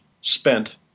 spent